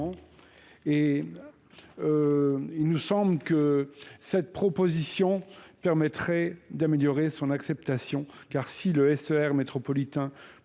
Et Il nous semble que cette proposition permettrait d'améliorer son acceptation car si le S E R métropolitain